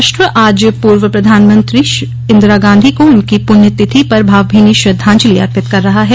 राष्ट्र आज पूर्व प्रधानमंत्री इंदिरा गांधी को उनकी पुण्य तिथि पर भावभीनी श्रद्धांजलि अर्पित कर रहा है